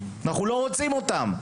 אנחנו לא רוצים אותם.